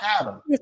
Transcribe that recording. Adam